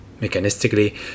Mechanistically